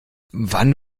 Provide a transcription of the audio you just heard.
wann